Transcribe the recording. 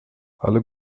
alle